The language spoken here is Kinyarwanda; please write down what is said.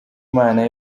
imana